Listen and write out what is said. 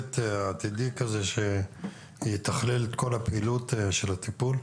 מצוות עתידי שיתכלל את כל הפעילות של הטיפול?